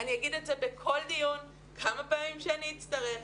אני אומר את זה בכל דיון כמה פעמים שאני אצטרך,